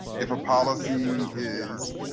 if a policy is